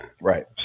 Right